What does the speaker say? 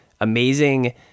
amazing